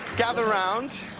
gather around.